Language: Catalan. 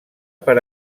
per